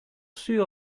sûr